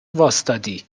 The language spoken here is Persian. واستادی